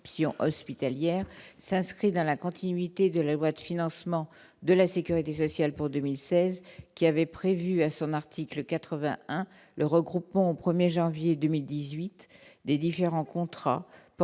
hospitalières s'inscrit dans la continuité de la loi de financement de la Sécurité sociale pour 2016, qui avait prévu à son article 81 le regroupement 1er janvier 2018 des différents contrats portant